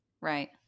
right